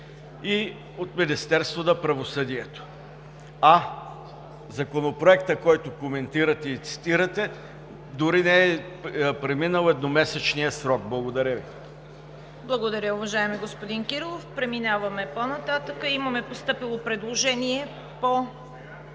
и от Министерството на правосъдието, а Законопроектът, който коментирате и цитирате, дори не е преминал едномесечния срок. Благодаря Ви. ПРЕДСЕДАТЕЛ ЦВЕТА КАРАЯНЧЕВА: Благодаря, уважаеми господин Кирилов. Преминаваме по-нататък. Имаме постъпило предложение по